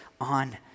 on